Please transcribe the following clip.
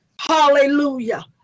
hallelujah